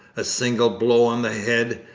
a single blow on the head,